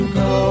go